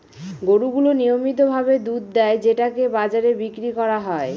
গরু গুলো নিয়মিত ভাবে দুধ দেয় যেটাকে বাজারে বিক্রি করা হয়